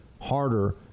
harder